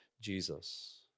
Jesus